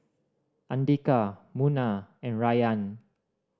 Andika Munah and Rayyan